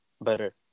better